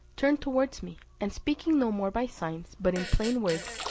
turned towards me, and speaking no more by signs, but in plain words,